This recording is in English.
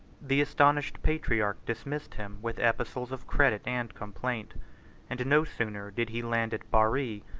the astonished patriarch dismissed him with epistles of credit and complaint and no sooner did he land at bari,